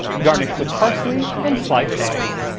garnish with parsley and sliced eggs.